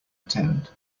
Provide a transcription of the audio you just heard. attend